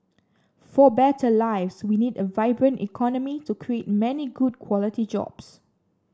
for better lives we need a vibrant economy to create many good quality jobs